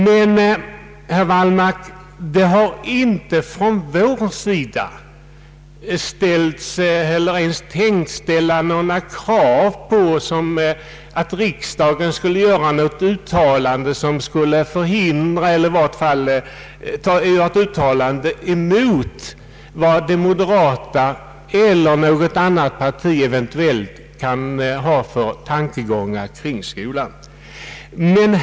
Men man har inte från vår sida ställt — eller ens tänkt ställa — krav på att riksdagen skulle göra något uttalande mot de tankegångar som de moderata eller något annat parti kan ha kring skolan.